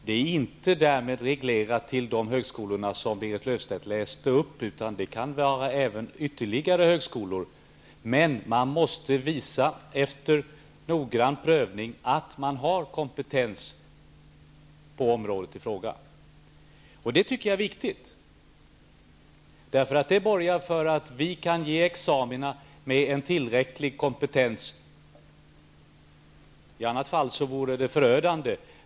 Det är därmed inte reglerat till de högskolor som Berit Löfstedt läste upp, utan det kan gälla ytterligare högskolor, men de måste, efter noggrann prövning, visa att de har kompetens på området i fråga. Det tycker jag är viktigt. Det borgar för att vi kan ge examina med en tillräcklig kompetens. I annat fall vore det förödande.